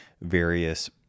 various